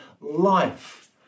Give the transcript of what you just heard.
life